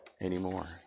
anymore